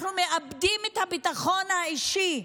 אנחנו מאבדים את הביטחון האישי.